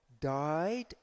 died